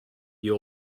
you